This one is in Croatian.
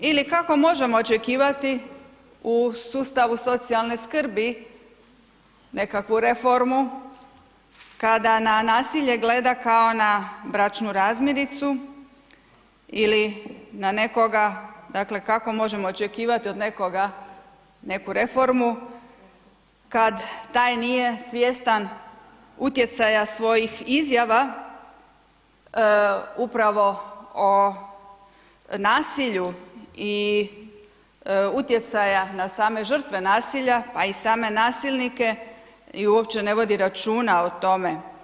Ili kako možemo očekivati u sustavu socijalne skrbi nekakvu reformu kada na nasilje gleda kao na bračnu razmiricu ili na nekoga, dakle, kako možemo očekivati od nekoga neku reformu kad taj nije svjestan utjecaja svojih izjava upravo o nasilju i utjecaja na same žrtve nasilja, pa i same nasilnike i uopće ne vodi računa o tome.